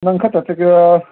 ꯅꯪ ꯈꯛꯇ ꯆꯠꯀꯦꯔ